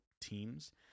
teams